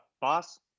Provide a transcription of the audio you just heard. boss